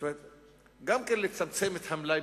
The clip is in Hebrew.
גם לצמצם את ה"מלאי",